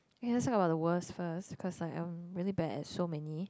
ya so I'm the world's first because I am really bad at so many